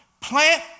plant